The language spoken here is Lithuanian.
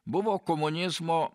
buvo komunizmo